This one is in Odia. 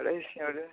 ଆଡ଼େ ସିଆଡ଼େ